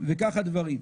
וככה הדברים: